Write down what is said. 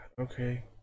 Okay